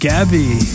Gabby